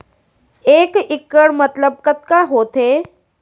एक इक्कड़ मतलब कतका होथे?